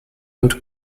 und